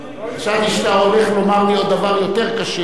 חשבתי שאתה הולך לומר לי עוד דבר יותר קשה.